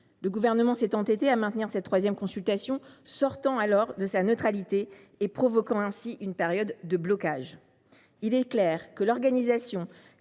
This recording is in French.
Le Gouvernement s’est entêté à maintenir cette troisième consultation, sortant alors de sa neutralité et provoquant ainsi une période de blocage. Il est clair que les élections